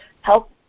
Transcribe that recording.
Help